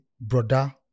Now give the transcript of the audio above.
brother